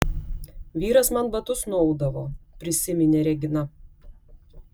vyras man batus nuaudavo prisiminė regina